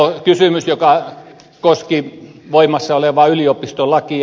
joo kysymys joka koski voimassa olevaa yliopistolakia